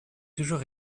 toujours